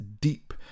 deep